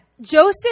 Joseph